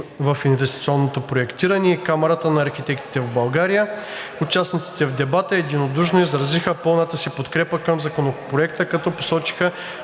в инвестиционното проектиране и Камарата на архитектите в България. Участниците в дебата единодушно изразиха пълната си подкрепа към Законопроекта, като посочиха,